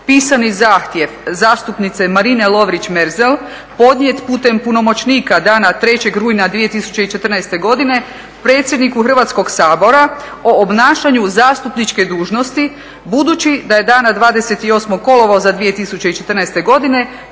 pisani zahtjev zastupnice Marine Lovrić-Merzel, podnijet putem punomoćnika dana 3. rujna 2014. godine predsjedniku Hrvatskog sabora o obnašanju zastupničke dužnosti budući da je dana 28. kolovoza 2014.